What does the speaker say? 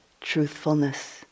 truthfulness